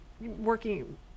working